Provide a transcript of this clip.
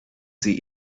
sie